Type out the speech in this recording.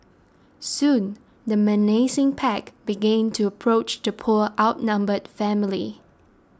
soon the menacing pack began to approach the poor outnumbered family